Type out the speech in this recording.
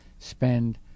spend